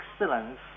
excellence